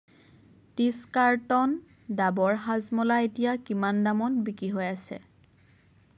ত্ৰিছ কাৰ্টন ডাবৰ হাজমোলা এতিয়া কিমান দামত বিক্ৰী হৈ আছে